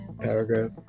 paragraph